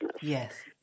Yes